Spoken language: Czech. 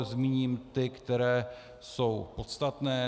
Zmíním ty, které jsou podstatné.